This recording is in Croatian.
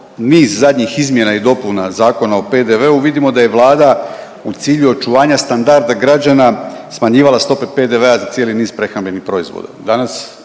niz zadnjih izmjena i dopuna Zakona o PDV-u vidimo da je vlada u cilju očuvanja standarda građana smanjivala stope PDV-a za cijeli niz prehrambenih proizvoda.